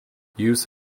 use